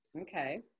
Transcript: Okay